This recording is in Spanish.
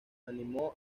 animó